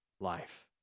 life